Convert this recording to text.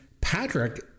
Patrick